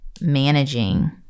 managing